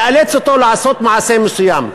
לאלץ אותו לעשות מעשה מסוים.